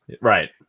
Right